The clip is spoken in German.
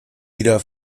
wieder